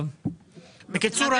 בקיצור,